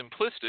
simplistic